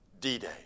D-Day